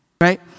Right